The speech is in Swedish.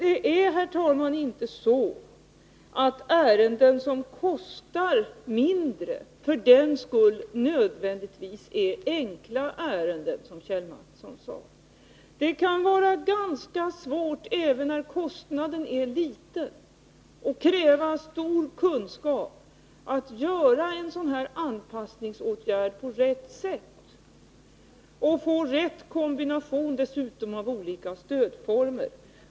Det är, herr talman, inte så att ärenden som kostar mindre nödvändigtvis är enkla ärenden, som Kjell Mattsson sade. Även när kostnaden är liten kan det vara ganska svårt och kräva stor kunskap att vidta en sådan här anpassningsåtgärd på rätt sätt och få rätt kombination av olika stödformer.